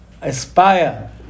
aspire